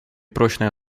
прочной